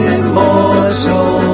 immortal